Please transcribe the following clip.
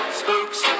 spooks